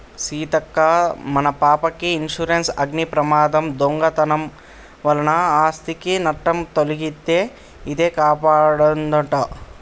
సీతక్క మన పాపకి ఇన్సురెన్సు అగ్ని ప్రమాదం, దొంగతనం వలన ఆస్ధికి నట్టం తొలగితే ఇదే కాపాడదంట